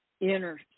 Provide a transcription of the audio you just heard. inner